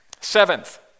Seventh